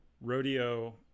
rodeo